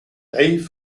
dave